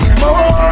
more